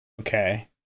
Okay